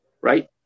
right